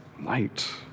Light